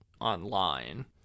online